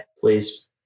Please